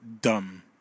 dumb